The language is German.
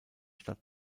stadt